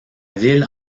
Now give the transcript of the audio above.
ville